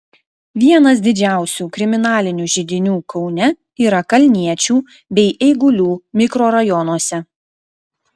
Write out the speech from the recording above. vienas didžiausių kriminalinių židinių kaune yra kalniečių bei eigulių mikrorajonuose